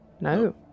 No